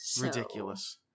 Ridiculous